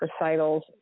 recitals